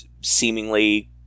seemingly